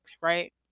right